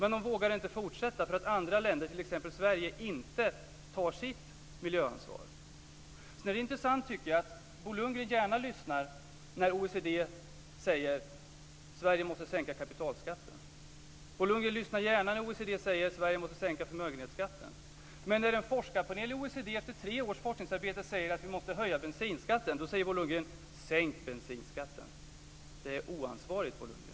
Men de vågar inte fortsätta därför att andra länder, t.ex. Sverige, inte tar sitt miljöansvar. Det är intressant, tycker jag, att Bo Lundgren gärna lyssnar när OECD säger att Sverige måste sänka kapitalskatten. Bo Lundgren lyssnar gärna när OECD säger att Sverige måste sänka förmögenhetsskatten. Men när en forskarpanel i OECD efter tre års forskningsarbete säger att vi måste höja bensinskatten säger Bo Lundgren att vi ska sänka bensinskatten. Det är oansvarigt, Bo Lundgren.